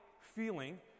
feeling